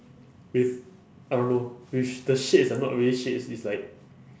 with I don't know with the shades ah not really shades it's like